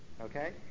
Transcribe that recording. okay